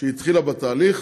שהיא התחילה בתהליך